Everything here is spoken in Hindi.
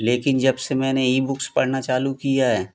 लेकिन जबसे मैंने ई बुक्स पढ़ना चालू किया है